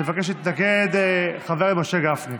מבקש להתנגד חבר הכנסת משה גפני.